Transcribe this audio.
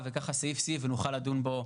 הפרק, --- נוגע לסעיפים שיש היום.